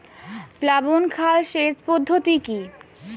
প্লাবন খাল সেচ পদ্ধতি কি?